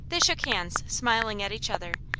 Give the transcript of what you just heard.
they shook hands, smiling at each other,